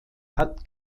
hat